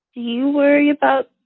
you worry about,